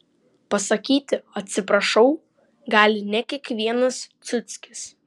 pasakyti atsiprašau gali ne kiekvienas ciuckis